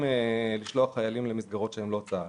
לשלוח חיילים למסגרות לא צה"ליות.